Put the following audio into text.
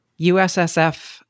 USSF